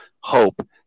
hope